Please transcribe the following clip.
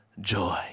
joy